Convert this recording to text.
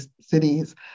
cities